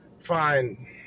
Fine